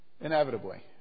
Inevitably